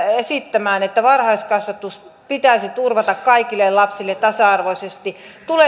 esittämään että varhaiskasvatus pitäisi turvata kaikille lapsille tasa arvoisesti